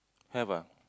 have ah